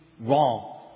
wrong